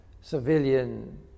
civilian